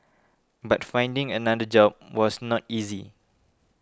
but finding another job was not easy